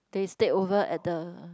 they stayed over at the